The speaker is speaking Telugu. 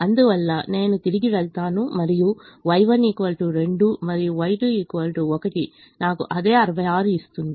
అందువల్ల నేను తిరిగి వెళ్తాను మరియు Y1 2 మరియు Y2 1 నాకు అదే 66 ఇస్తుంది